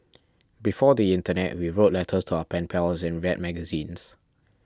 before the internet we wrote letters to our pen pals and read magazines